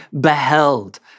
beheld